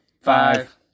five